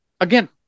again